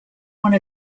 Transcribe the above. one